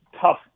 tough